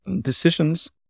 decisions